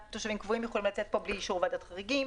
תושבים קבועים יכולים לצאת פה בלי אישור ועדת חריגים